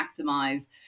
maximize